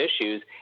issues